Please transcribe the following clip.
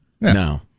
No